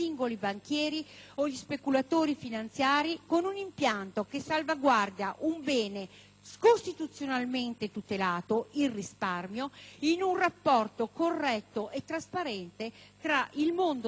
con un impianto che salvaguarda un bene costituzionalmente tutelato - il risparmio -, in un rapporto corretto e trasparente tra il mondo della politica e il sistema bancario.